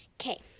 Okay